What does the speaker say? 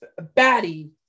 baddie